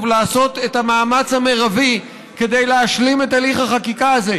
לעשות את המאמץ המרבי כדי להשלים את הליך החקיקה הזה.